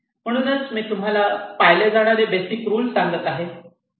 म्हणूनच मी तुम्हाला पाळले जाणारे बेसिक रुल सांगत आहे